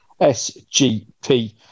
SGP